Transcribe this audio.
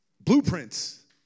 blueprints